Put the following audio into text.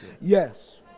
Yes